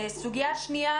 סוגיה שנייה,